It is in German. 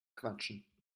quatschen